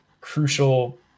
crucial